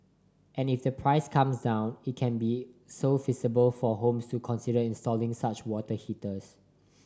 and if the price comes down it can be so feasible for homes to consider installing such water heaters